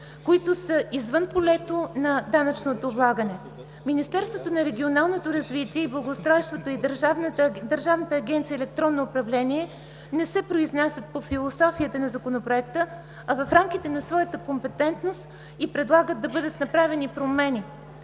които са извън полето на данъчното облагане. Министерството на регионалното развитие и благоустройството и Държавната агенция „Електронно управление“ не се произнасят по философията на Законопроекта, а в рамките на своята компетентност и предлагат да бъдат направени промени.